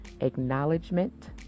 acknowledgement